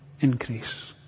increase